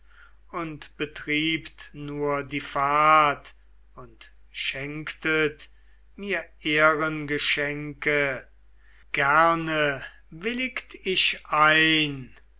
und betriebt nur die fahrt und schenktet mir ehrengeschenke gerne willigt ich ein